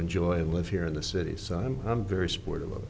enjoy live here in the city so i'm i'm very supportive of